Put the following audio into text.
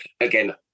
again